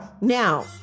Now